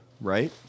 right